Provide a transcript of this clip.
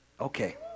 Okay